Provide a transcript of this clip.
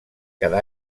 cada